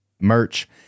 merch